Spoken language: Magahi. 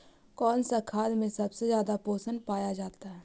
कौन सा खाद मे सबसे ज्यादा पोषण पाया जाता है?